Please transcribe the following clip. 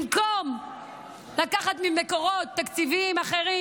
במקום לקחת ממקורות תקציביים אחרים,